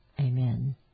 Amen